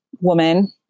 woman